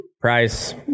price